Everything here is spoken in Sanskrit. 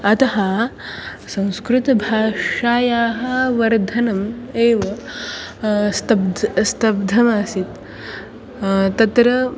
अतः संस्कृतभाषायाः वर्धनम् एव स्तब्धं स्तब्धमासीत् तत्र